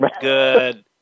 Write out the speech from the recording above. Good